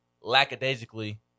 lackadaisically